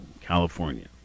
California